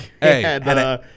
Hey